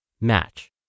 Match